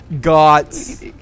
got